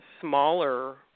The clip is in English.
smaller